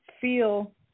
feel